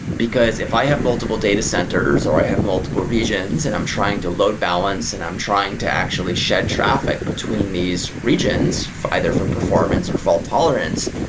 because if i have multiple data centers or i have multiple regions and i'm trying to load-balance and i'm trying to actually shed traffic between these regions either for performance or fault tolerance,